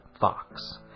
fox